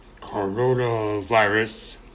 coronavirus